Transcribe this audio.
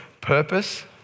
purpose